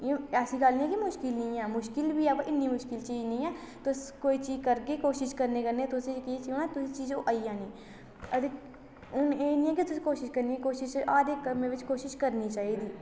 इयां ऐसी गल्ल नेईं ऐ कि मुश्कल नि ऐ मुश्कल बी ऐ पर इन्नी मुश्कल चीज़ नी ऐ तुस कोई चीज़ करगे कोशिश करने कन्नै तुसेंई जेह्की एह् चीज न तुसेंगी ओह् चीज न आई जानी अते हून एह् नेईं ऐ तुसें कोशिश करनी कोशिश हर एक्क कम्मा बिच्च कोशिश करनी चाहिदी